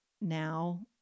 now